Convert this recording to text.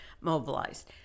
mobilized